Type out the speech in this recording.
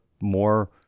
more